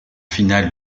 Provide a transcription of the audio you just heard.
finale